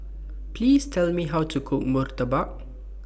Please Tell Me How to Cook Murtabak